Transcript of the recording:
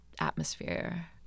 atmosphere